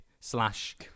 Slash